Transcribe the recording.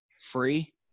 Free